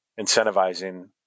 incentivizing